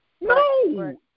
No